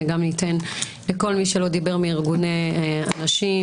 וגם ניתן לכל מי שלא דיבר מארגוני הנשים,